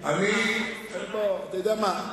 אתה יודע מה?